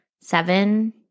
seven